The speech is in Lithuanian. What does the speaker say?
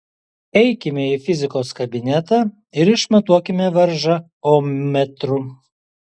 eikime į fizikos kabinetą ir išmatuokime varžą ommetru